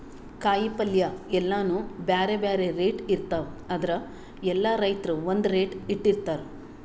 ಕಾಯಿಪಲ್ಯ ಎಲ್ಲಾನೂ ಬ್ಯಾರೆ ಬ್ಯಾರೆ ರೇಟ್ ಇರ್ತವ್ ಆದ್ರ ಎಲ್ಲಾ ರೈತರ್ ಒಂದ್ ರೇಟ್ ಇಟ್ಟಿರತಾರ್